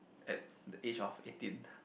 at the age of eighteen